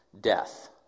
death